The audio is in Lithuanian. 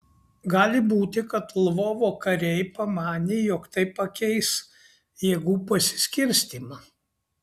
gali būti kad lvovo kariai pamanė jog tai pakeis jėgų pasiskirstymą